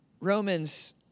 Romans